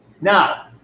Now